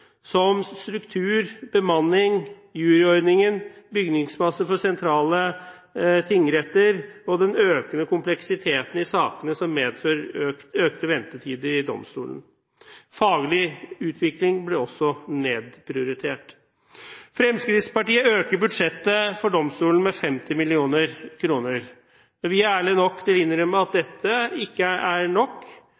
som struktur, bemanning, juryordningen, bygningsmasse for sentrale tingretter og den økende kompleksiteten i sakene, som medfører økte ventetider i domstolene. Faglig utvikling ble også nedprioritert. Fremskrittspartiet øker budsjettet for domstolene med 50 mill. kr. Vi er ærlige nok til å innrømme at dette ikke er nok, men det